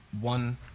one